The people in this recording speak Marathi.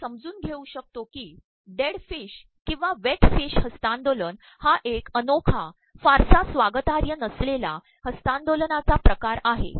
आपण समजून घेऊ शकतो की डेड कफश ककंवा वेि कफश हस्त्तांदोलन हा एक अनोखा फारसा स्त्वागातायह्य नसलेला हस्त्तांदोलनाचा िकार आहे